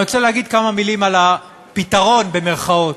אני רוצה להגיד כמה מילים על ה"פתרון" שנמצא: